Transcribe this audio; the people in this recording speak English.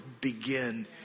begin